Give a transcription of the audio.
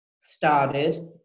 started